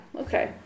Okay